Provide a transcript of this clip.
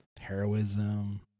heroism